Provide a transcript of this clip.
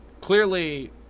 clearly